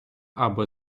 або